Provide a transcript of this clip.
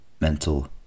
mental